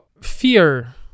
fear